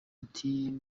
ati